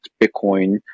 bitcoin